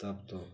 तब तो